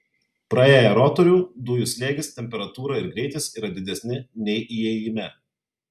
praėję rotorių dujų slėgis temperatūra ir greitis yra didesni nei įėjime